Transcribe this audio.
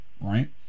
right